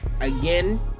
again